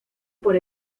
por